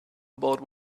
about